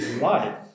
life